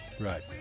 Right